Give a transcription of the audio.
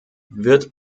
wird